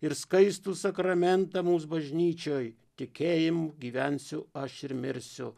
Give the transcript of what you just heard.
ir skaistų sakramentą mums bažnyčioj tikėjimu gyvensiu aš ir mirsiu